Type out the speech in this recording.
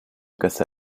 cassa